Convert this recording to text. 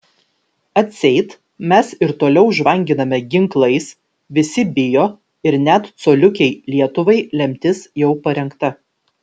atseit mes ir toliau žvanginame ginklais visi bijo ir net coliukei lietuvai lemtis jau parengta